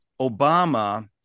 Obama